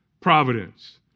providence